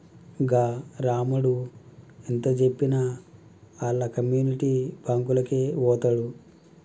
గా రామడు ఎంతజెప్పినా ఆళ్ల కమ్యునిటీ బాంకులకే వోతడు